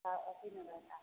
का अस्सी में रहता है